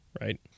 right